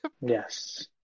Yes